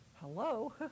Hello